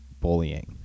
bullying